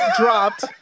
dropped